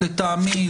לטעמי,